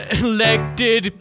elected